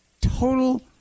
total